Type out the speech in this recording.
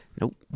Nope